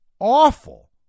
awful